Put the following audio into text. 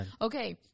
Okay